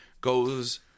goes